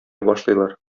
башлыйлар